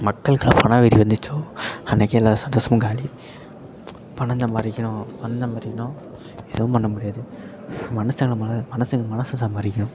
மக்கள்கிட்ட பணவெறி வந்துச்சோ அன்றைக்கே எல்லாம் சந்தோஷமும் காலி பணம் சம்பாதிக்கணும் பணம் சம்பாதிக்கணும் எதுவும் பண்ண முடியாது மனுஷங்கள மொதல் மனுஷங்க மனதை சம்பாதிக்கணும்